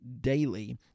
daily